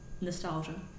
nostalgia